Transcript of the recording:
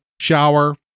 shower